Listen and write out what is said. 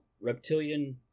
reptilian